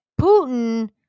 Putin